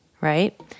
right